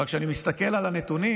אבל כשאני מסתכל על הנתונים,